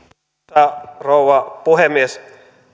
arvoisa rouva puhemies